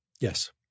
Yes